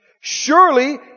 Surely